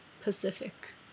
Pacific